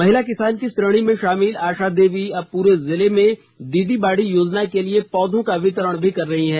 महिला किसान की श्रेणी में शामिल आशा देवी अब पूरे जिले में दीदी बाड़ी योजना के लिए पौधों का वितरण भी कर रही हैं